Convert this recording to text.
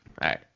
right